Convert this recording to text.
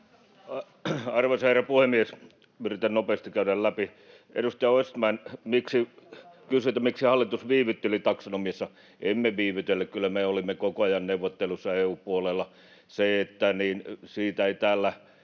Arvoisa herra puhemies! Yritän nopeasti käydä nämä läpi. Edustaja Östman kysyi, miksi hallitus viivytteli taksonomiassa. Emme viivytelleet, kyllä me olimme koko ajan neuvotteluissa EU:n puolella. Se, että siitä ei täällä